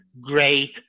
great